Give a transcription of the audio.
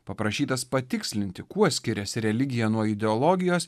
paprašytas patikslinti kuo skiriasi religija nuo ideologijos